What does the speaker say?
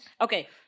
Okay